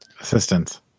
assistance